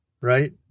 right